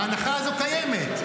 ההנחה הזאת קיימת,